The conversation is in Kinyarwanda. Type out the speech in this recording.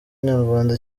nyarwanda